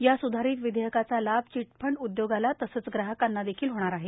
या सुधारित विथेयकाचा लाभ चिटफंड उद्योगाला तसंच ग्राहकांना देखिल होणार आहे